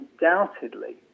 undoubtedly